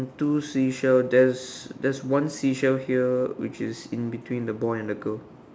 two seashell there's there's one seashell here which is in between the boy and the girl